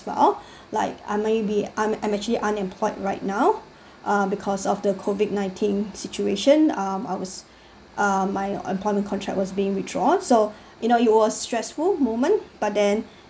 well like I may be I'm I'm actually unemployed right now because of the COVID nineteen situation um I was um my employment contract was being withdrawn so you know it was stressful moment but then